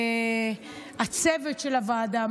לצוות של הוועדה,